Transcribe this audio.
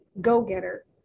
Go-getter